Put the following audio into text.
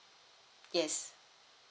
yes